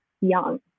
young